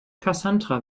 cassandra